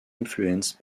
influenced